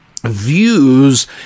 Views